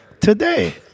today